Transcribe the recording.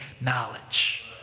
knowledge